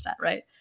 right